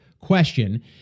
question